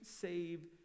save